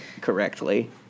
correctly